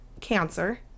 cancer